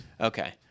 Okay